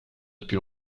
depuis